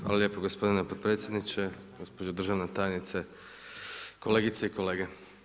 Hvala lijepo gospodine potpredsjedniče, gospođo državna tajnice, kolegice i kolege.